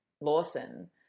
Lawson